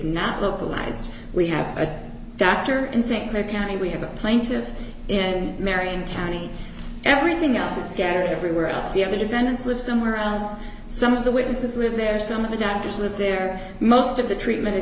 not localized we have a doctor in sick the county we have a plaintiff in marion county everything else is scattered everywhere else the other defendants live somewhere else some of the witnesses live there some of the doctors live there most of the treatment